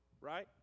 right